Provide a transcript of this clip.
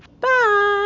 Bye